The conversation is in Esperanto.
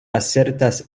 asertas